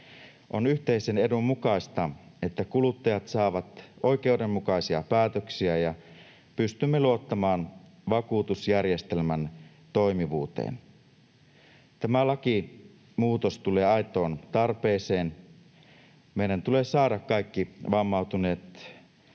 On yhteisen edun mukaista, että kuluttajat saavat oikeudenmukaisia päätöksiä ja pystymme luottamaan vakuutusjärjestelmän toimivuuteen. Tämä lakimuutos tulee aitoon tarpeeseen. Meidän tulee saada kaikki vammautuneet